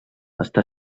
està